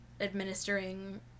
administering